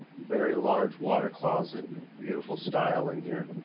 very large water closet, beautiful style in here,